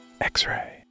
X-Ray